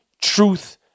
truth